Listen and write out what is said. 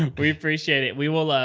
and we appreciate it. we will,